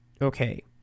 okay